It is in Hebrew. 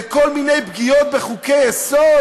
וכל מיני פגיעות בחוקי-יסוד,